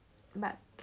but